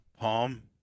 Palm